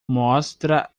mostra